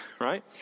right